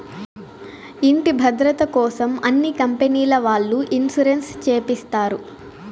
ఇంటి భద్రతకోసం అన్ని కంపెనీల వాళ్ళు ఇన్సూరెన్స్ చేపిస్తారు